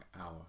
Hour